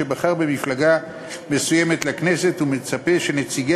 שבחר במפלגה מסוימת לכנסת ומצפה שנציגיה